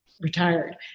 retired